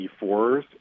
E4s